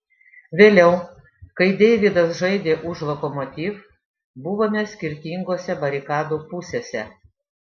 vėliau kai deividas žaidė už lokomotiv buvome skirtingose barikadų pusėse